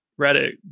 reddit